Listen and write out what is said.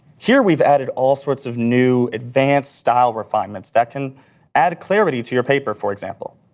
here, we've added all sorts of new advanced style refinements that can add clarity to your paper, for example.